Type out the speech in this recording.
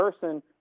person